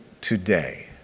today